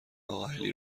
اقاعلی